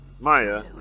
Maya